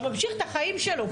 הוא ממשיך את החיים שלו.